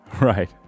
Right